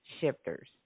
shifters